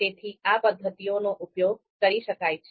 તેથી આ પદ્ધતિઓનો ઉપયોગ કરી શકાય છે